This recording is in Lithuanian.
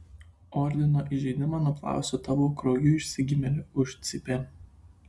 ordino įžeidimą nuplausiu tavo krauju išsigimėli užcypė